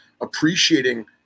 appreciating